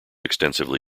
extensively